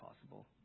possible